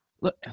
Look